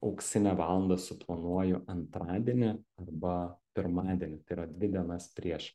auksinę valandą suplanuoju antradienį arba pirmadienį tai yra dvi dienas prieš